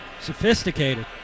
Sophisticated